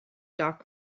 doc